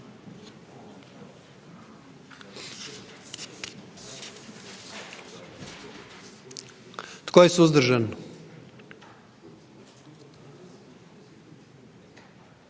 Tko je suzdržan?